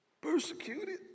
persecuted